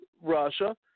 Russia